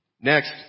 Next